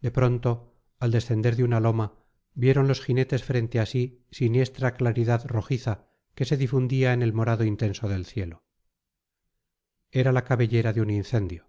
de pronto al descender de una loma vieron los jinetes frente a sí siniestra claridad rojiza que se difundía en el morado intenso del cielo era la cabellera de un incendio